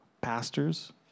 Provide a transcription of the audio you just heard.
pastors